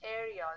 areas